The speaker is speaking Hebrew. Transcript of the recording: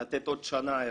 לתת עוד שנה ארכה?